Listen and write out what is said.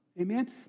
Amen